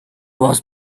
was